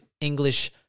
English